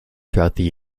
throughout